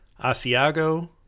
Asiago